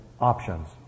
options